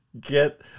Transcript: get